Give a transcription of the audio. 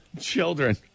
Children